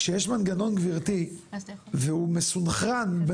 כשיש מנגנון גברתי והוא מסונכרן,